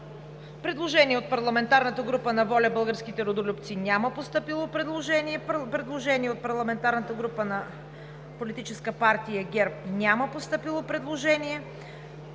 оттеглено. От парламентарната група на „ВОЛЯ – Българските Родолюбци“ няма постъпило предложение. От парламентарната група на Политическа партия ГЕРБ няма постъпило предложение.